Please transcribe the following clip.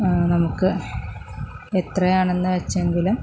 നമുക്ക് എത്രയാണെന്ന് വെച്ചെങ്കിലും